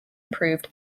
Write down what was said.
improved